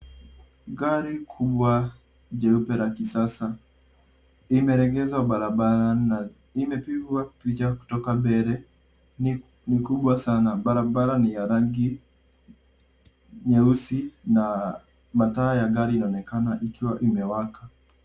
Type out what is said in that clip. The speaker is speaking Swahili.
Gari kubwa jeupe la kisasa limeegeshwa barabarani na limepigwa picha kutoka mbele ni kubwa sana, barabra ni ya rangi nyeusi na mataa ya gari inaonekana ikiwa imewaka.